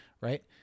right